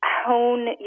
hone